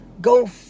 go